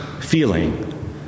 feeling